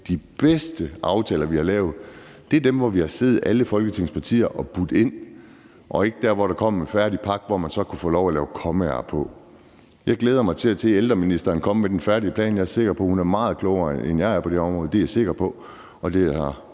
de bedste – aftaler, vi har lavet, er dem, hvor vi har siddet alle Folketingets partier og budt ind, og ikke dem, hvor der er kommet en færdig pakke, som man så har kunnet få lov til at flytte nogle kommaer i. Jeg glæder mig til at se ældreministeren komme med den færdige plan. Jeg er sikker på, at hun er meget klogere, end jeg er, på det område, og det har